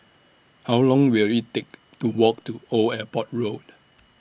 How Long Will IT Take to Walk to Old Airport Road